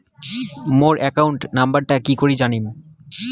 মোর account নাম্বারটা কি করি জানিম?